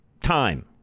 time